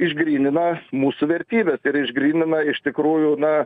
išgrynino mūsų vertybes ir išgrynina iš tikrųjų na